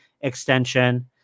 extension